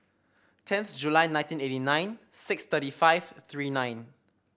tenth July nineteen eighty nine six thirty five three nine